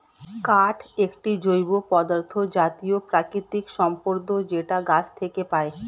কাঠ একটি জৈব পদার্থ জাতীয় প্রাকৃতিক সম্পদ যেটা গাছ থেকে পায়